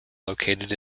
located